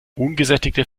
ungesättigte